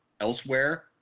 elsewhere